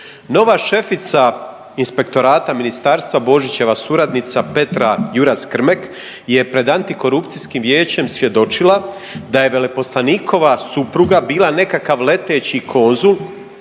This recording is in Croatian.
Nova šefica inspektorata ministarstva Božićeva suradnica Petra Juras Krmek je pred Antikorupcijskim vijećem svjedočila da je veleposlanikova supruga bila nekakav leteći konzul